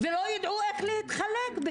לא, לא נכון.